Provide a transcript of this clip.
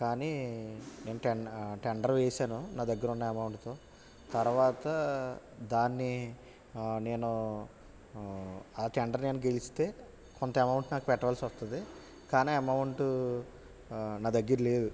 కానీ నేను ten tender వేసాను నా దగ్గర ఉన్న అమౌంట్తో తరువాత దాన్ని నేను ఆ టెండర్ నేను గెలిస్తే కొంత అమౌంట్ నాకు పెట్టవలసి వస్తుంది కానీ అమౌంట్ నా దగ్గర లేదు